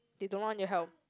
they don't want your help